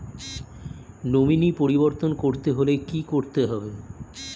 Nominee পরিবর্তন করতে হলে কী করতে হবে?